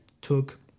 took